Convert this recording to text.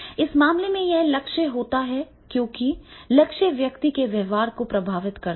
इस मामले में यह लक्ष्य होगा क्योंकि लक्ष्य व्यक्ति के व्यवहार को प्रभावित करता है